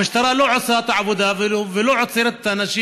המשטרה לא עושה את העבודה ולא עוצרת את האנשים